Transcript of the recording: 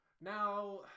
now